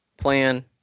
plan